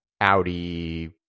Audi